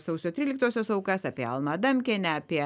sausio tryliktosios aukas apie almą adamkienę apie